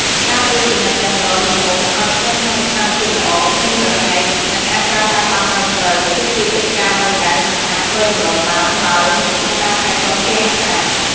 ការត្រួតពិនិត្យ វាំងនន និងមុង ឲ្យស្ថិតក្នុងស្ថានភាពល្អ គ្មានរហែក និងអាចប្រើប្រាស់បានត្រឹមត្រូវ គឺជាកិច្ចការមួយដែល មិនអាចមើលរំលងបាន ឡើយនៅក្នុងការថែទាំគេហដ្ឋាន។